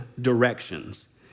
directions